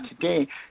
today